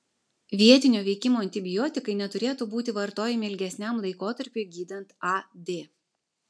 vietinio veikimo antibiotikai neturėtų būti vartojami ilgesniam laikotarpiui gydant ad